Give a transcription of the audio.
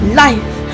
life